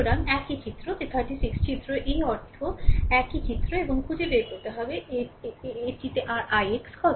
সুতরাং একই চিত্র যে 36 চিত্র এই অর্থ একই চিত্র এবং খুঁজে বের করতে হবে এবং এটি r ix